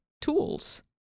tools